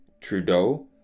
Trudeau